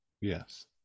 Yes